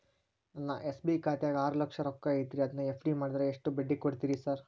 ನನ್ನ ಎಸ್.ಬಿ ಖಾತ್ಯಾಗ ಆರು ಲಕ್ಷ ರೊಕ್ಕ ಐತ್ರಿ ಅದನ್ನ ಎಫ್.ಡಿ ಮಾಡಿದ್ರ ಎಷ್ಟ ಬಡ್ಡಿ ಕೊಡ್ತೇರಿ ಸರ್?